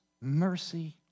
mercy